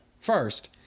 First